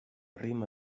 rima